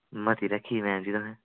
मती रक्खी दी मैम जी तुसें